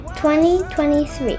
2023